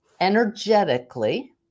energetically